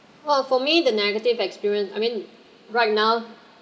oh for me the negative experience I mean right now